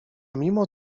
mimo